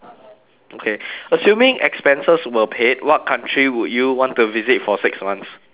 okay assuming expenses were paid what country would you want to visit for six months